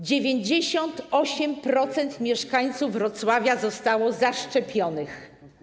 98% mieszkańców Wrocławia zostało zaszczepionych.